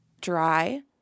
Dry